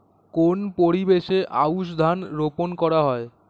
কোন পরিবেশে আউশ ধান রোপন করা হয়?